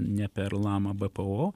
ne per lama bpo o